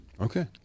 Okay